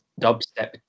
dubstep